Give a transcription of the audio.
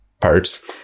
parts